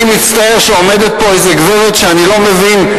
אני מצטער שעומדת פה איזה גברת שאני לא מבין.